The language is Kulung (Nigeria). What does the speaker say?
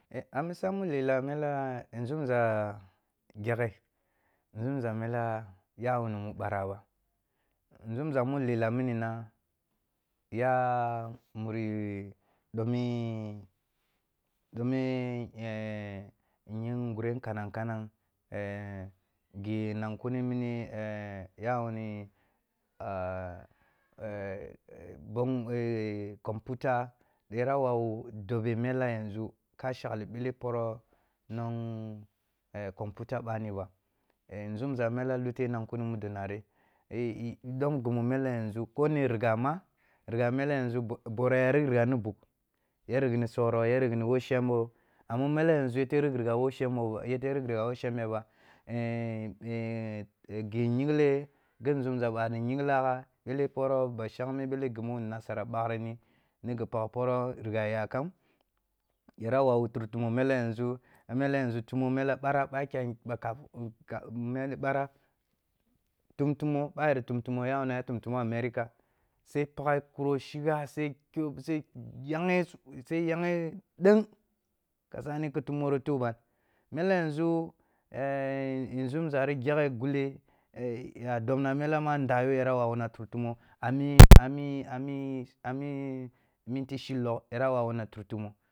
A misa mu lela mela, nzumza yaghe, nzumza mela ya wuni mu ɓarah ba, nzumza mu lela mini na ya muri ɓa mi, ɓa mi ying ngure kanan-kanang ghi nan kuni mini eh ya wuni computer, yara wawu dobe mela yanzu ka shakli ɓele poroh non computer ɓani ba eh nzumza mela lute nankuni mudo nari ɗom ghi mu mela yanzu, ko ni rhi ga ma, rhiga mele yanzu borah rhigh rhigha ni bugh, ya righni ni tsoroh ya righi ni shambo amma mele yanzu yete rhigh rhigha wo shambe ba, ghi yingle, ghi nzumza bani yingla’ah ɓele poroh ba shangme ɓele ghi mu nasara ɓaghrini ni ghi pagh poroh ligha yakam, yara wawu tur tumo mole yan zu, mele yanzu tumo mela ɓara ɓa tuntumo ɓari tuntumo ya wuni a tuntumo a america, sai paghe kuro shigha, sai yanghe, sai yanghe ɗung, kasani ki tumori tuh ban, mele yanzu nzumzari gya’ghe gule a dobna mela ma nda yo yara wawuna tun tumo a mi a mi minti shin long, yara wawuna tun tumo